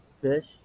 fish